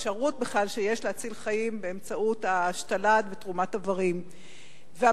בכלל שיש אפשרות להציל חיים באמצעות תרומת איברים והשתלה.